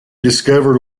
discovered